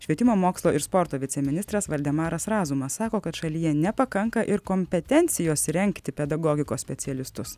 švietimo mokslo ir sporto viceministras valdemaras razumas sako kad šalyje nepakanka ir kompetencijos rengti pedagogikos specialistus